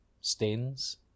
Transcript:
stains